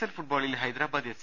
L ഫുട്ബോളിൽ Hyderabad F